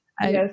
Yes